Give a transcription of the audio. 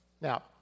Now